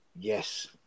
yes